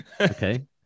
Okay